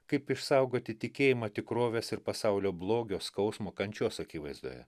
kaip išsaugoti tikėjimą tikrovės ir pasaulio blogio skausmo kančios akivaizdoje